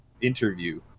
interview